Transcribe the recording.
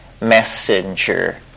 messenger